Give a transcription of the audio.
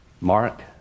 Mark